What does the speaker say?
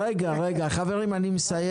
רגע, רגע, חברים, אני מסיים.